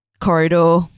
corridor